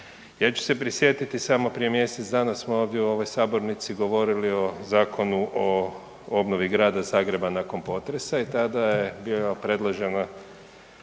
Ja ću se prisjetiti samo prije mjesec danas smo ovdje u ovoj sabornici govorili o Zakonu o obnovi grada Zagreba nakon potresa i tada je bio predložen